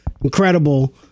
Incredible